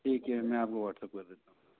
ठीक है मैं आपको व्हाट्सएप कर देता हूँ